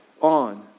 on